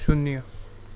शून्य